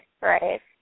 Right